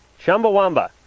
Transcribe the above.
Chumbawamba